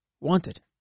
wanted